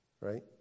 right